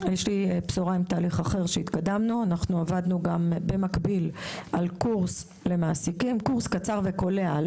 אנחנו עבדנו על קורס קצר וקולע למעסיקים,